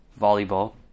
Volleyball